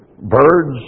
birds